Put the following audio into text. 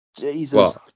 Jesus